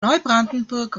neubrandenburg